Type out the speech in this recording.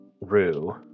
Rue